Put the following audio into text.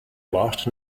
lost